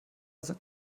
sind